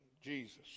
Jesus